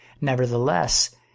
Nevertheless